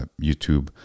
YouTube